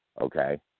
okay